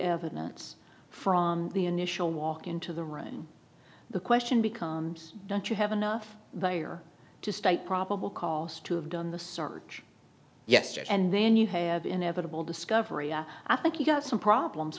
evidence from the initial walk into the room the question becomes don't you have enough they are to state probable cause to have done the search yesterday and then you have inevitable discovery i think you've got some problems